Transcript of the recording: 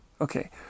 Okay